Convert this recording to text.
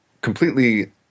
completely